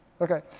okay